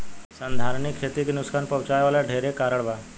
संधारनीय खेती के नुकसान पहुँचावे वाला ढेरे कारण बा